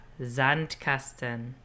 Sandkasten